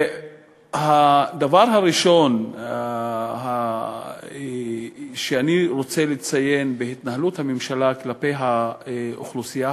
הדבר הראשון שאני רוצה לציין בהתנהלות הממשלה כלפי האוכלוסייה